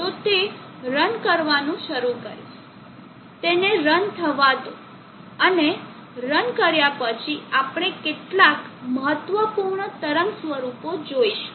તો તે રન કરવાનું શરૂ કરીશ તેને રન થવા દો અને રન કર્યા પછી આપણે કેટલાક મહત્વપૂર્ણ તરંગ સ્વરૂપો જોશું